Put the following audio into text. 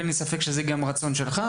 אין לי ספק שזה גם הרצון שלך.